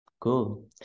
Cool